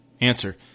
Answer